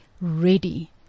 ready